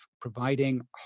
providing